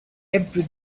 every